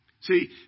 See